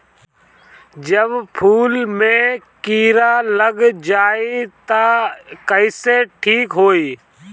जब फूल मे किरा लग जाई त कइसे ठिक होई?